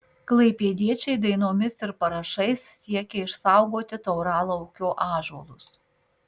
klaipėdiečiai dainomis ir parašais siekia išsaugoti tauralaukio ąžuolus